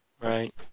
right